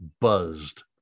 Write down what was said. buzzed